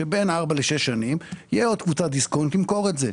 שבין ארבע לשש שנים קבוצת דיסקונט תמכור את זה.